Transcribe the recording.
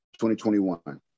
2021